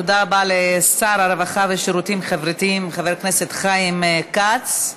תודה רבה לשר הרווחה והשירותים החברתיים חבר הכנסת חיים כץ.